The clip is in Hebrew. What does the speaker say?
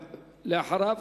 אחריו,